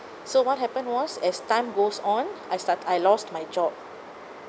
so what happened was as time goes on I start I lost my job